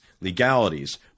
legalities